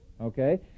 okay